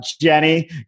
Jenny